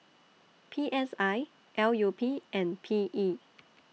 P S I L U P and P E